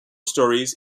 stories